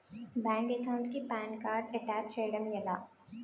Bank account కి PAN card attach చేయడం ఎలా?